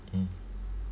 mm